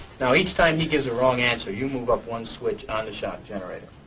now, each time he gives a wrong answer, you move up one switch on the shock generator.